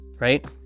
right